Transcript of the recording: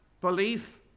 belief